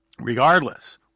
regardless